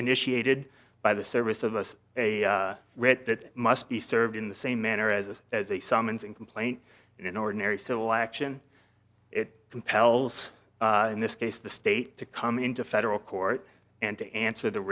initiated by the service of us read that must be served in the same manner as a as a summons and complaint in an ordinary civil action it compels in this case the state to come into federal court and to answer t